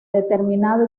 determinado